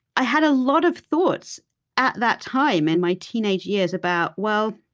i had a lot of thoughts at that time, in my teenage years, about, well,